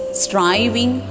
striving